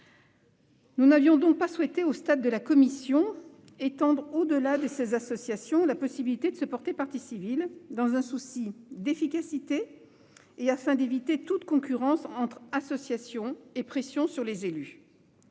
Nous n'avons donc pas souhaité, au stade de l'examen de ce texte par la commission, étendre au-delà de ces associations la possibilité de se porter partie civile, dans un souci d'efficacité et afin d'éviter toute concurrence entre associations et toute pression sur les élus.